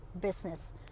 business